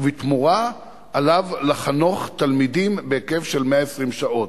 ובתמורה עליו לחנוך תלמידים בהיקף של 120 שעות.